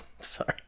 sorry